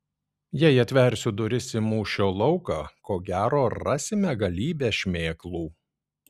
jei atversiu duris į mūšio lauką ko gero rasime galybę šmėklų